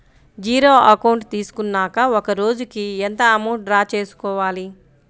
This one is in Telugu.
జీరో అకౌంట్ తీసుకున్నాక ఒక రోజుకి ఎంత అమౌంట్ డ్రా చేసుకోవాలి?